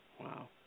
Wow